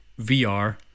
vr